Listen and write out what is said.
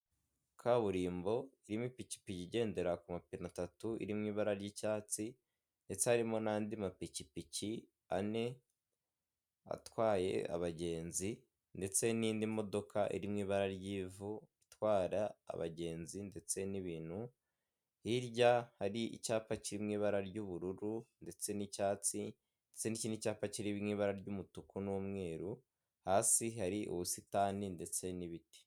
Kaburimbo irimo ipikipi igendera ku mapine atatu iri mu ibara ry'icyatsi ndetse harimo n'andi mapikipiki ane atwaye abagenzi ndetse n'indi modoka iri mu ibara ry'ivu itwara abagenzi ndetse n'ibintu hirya hari icyapa kiri mu ibara ry'ubururu ndetse n'icyatsi ndetse n'ikindi cyapa kiri mu ibara ry'umutuku n'umweru hasi hari ubusitani ndetse n'ibiti.